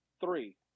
three